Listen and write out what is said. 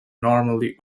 normally